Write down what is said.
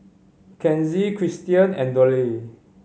Kenzie Cristian and Dollye